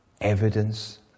evidence